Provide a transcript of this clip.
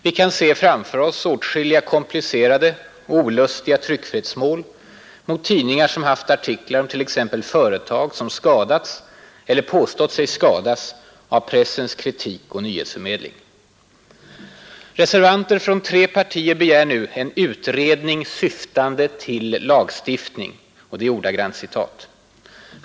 Vi kan se framför oss åtskilliga komplicerade och olustiga tryckfrihetsmål mot tidningar som haft artiklar om t.ex. företag, som skadats eller påstått sig ha skadats, av pressens kritik och nyhetsförmedling. Reservanter från tre partier begär nu ”en utredning syftande till lagstiftning”.